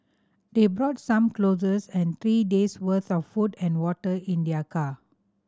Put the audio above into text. they brought some clothes and three days' worth of food and water in their car